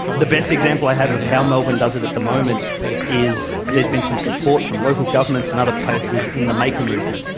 the best example i have of how melbourne does it at the moment is there has been some support from local governments and other places in the maker movement.